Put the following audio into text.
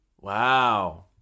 Wow